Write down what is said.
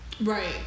Right